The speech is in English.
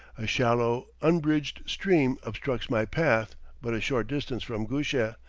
a shallow, unbridged stream obstructs my path but a short distance from gusheh,